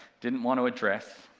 didn't want to address,